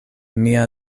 mia